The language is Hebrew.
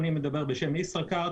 אני מדבר בשם ישראכרט.